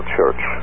Church